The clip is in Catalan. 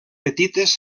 petites